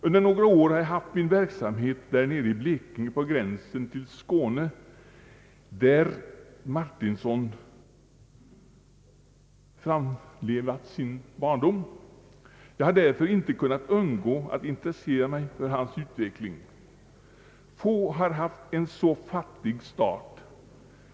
Under några år har jag haft min verksamhet där nere i Blekinge på gränsen till Skåne, där Harry Martinson framlevat sin barndom. Jag har därför inte kunnat undgå att intressera mig för hans utveckling. Få har haft en så fattig start.